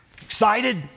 Excited